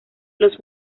los